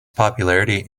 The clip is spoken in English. popularity